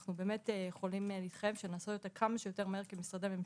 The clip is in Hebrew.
ואנחנו יכולים להתחייב שנעשה אותה כמה שיותר מהר כמשרדי ממשלה,